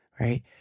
Right